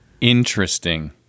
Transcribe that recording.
Interesting